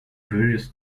various